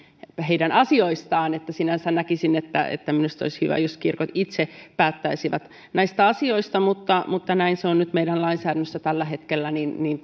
heidän asioistaan sinänsä näkisin että että olisi hyvä jos kirkot itse päättäisivät näistä asioista mutta mutta näin se on nyt meidän lainsäädännössämme tällä hetkellä niin niin